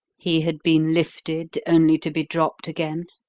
he had been lifted only to be dropped again,